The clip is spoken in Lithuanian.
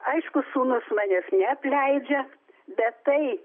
aišku sūnus manęs neapleidžia bet tai